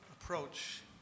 approach